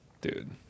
dude